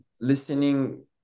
listening